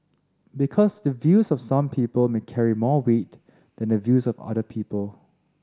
because the views of some people may carry more weight than the views of other people